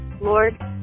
Lord